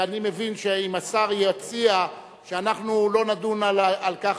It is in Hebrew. אני מבין שאם השר יציע שאנחנו לא נדון על כך